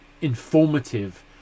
informative